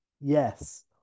yes